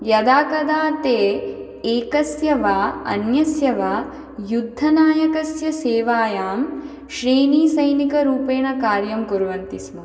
यदा तदा ते एकस्य वा अन्यस्य वा युद्धनायकस्य सेवायां श्रीणिसैनिकरूपेण कार्यं कुर्वन्ति स्म